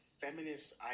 feminist